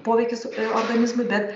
poveikis organizmui bet